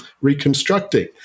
reconstructing